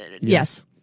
yes